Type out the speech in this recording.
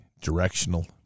directional